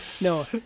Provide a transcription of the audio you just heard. no